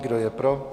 Kdo je pro?